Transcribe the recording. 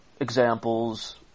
examples